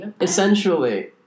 Essentially